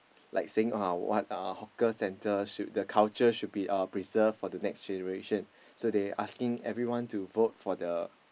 like saying uh what uh hawker centre should the culture should be uh preserved for the next generation so they asking everyone to vote for the